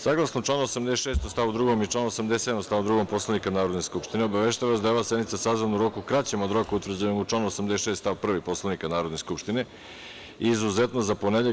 Saglasno članu 86. stavu 2. i članu 87. stavu 2. Poslovnika Narodne skupštine obaveštavam vas da je ova sednica sazvana u roku kraćem od roka utvrđenom kraćem od rok utvrđenog u članu 86. stav 1. Poslovnika Narodne skupštine, izuzetno za ponedeljak.